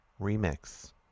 Remix